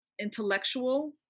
intellectual